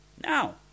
Now